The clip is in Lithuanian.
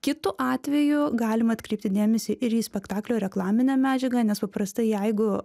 kitu atveju galima atkreipti dėmesį ir į spektaklio reklaminę medžiagą nes paprastai jeigu